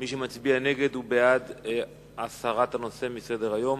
מי שמצביע נגד הוא בעד הסרת הנושא מסדר-היום.